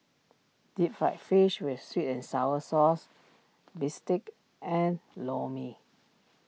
Deep Fried Fish with Sweet and Sour Sauce Bistake and Lor Mee